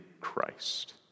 Christ